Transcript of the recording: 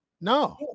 No